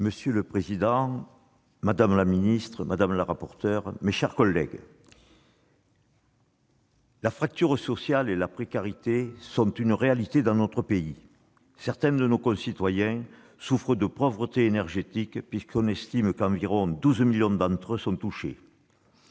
Monsieur le président, madame la secrétaire d'État, mes chers collègues, la fracture sociale et la précarité sont une réalité dans notre pays. Certains de nos concitoyens souffrent de pauvreté énergétique : on estime qu'environ 12 millions d'entre eux sont touchés